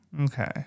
Okay